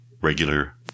regular